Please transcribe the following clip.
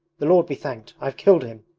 the lord be thanked, i've killed him!